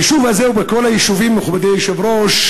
ביישוב הזה, ובכל היישובים, מכובדי היושב-ראש,